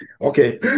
Okay